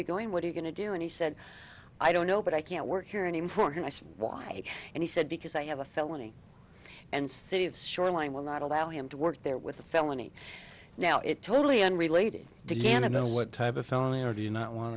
you going what are you going to do and he said i don't know but i can't work here and i'm for him i said why and he said because i have a felony and city of shoreline will not allow him to work there with a felony now it totally unrelated to you and i don't know what type of felony or do you not want